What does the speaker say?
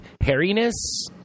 Hairiness